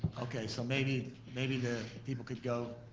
okay, so maybe maybe the people could go.